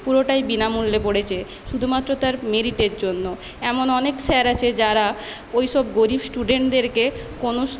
পুরোটাই বিনামূল্যে পড়েছে শুধুমাত্র তার মেরিটের জন্য এমন অনেক স্যার আছে যারা ওইসব গরিব স্টুডেন্টদেরকে কোন